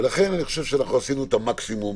לכן, אני חושב שעשינו את המקסימום